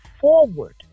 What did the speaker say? forward